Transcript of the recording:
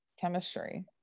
chemistry